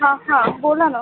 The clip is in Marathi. हां हां बोला ना